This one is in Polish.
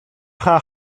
cha